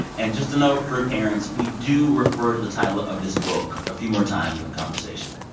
and just a note for parents, we do refer to the title of this book a few more times in the conversation.